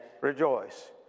Rejoice